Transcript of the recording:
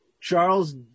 Charles